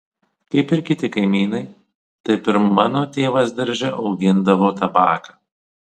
kaip ir kiti kaimynai taip ir mano tėvas darže augindavo tabaką